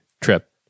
trip